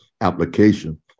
application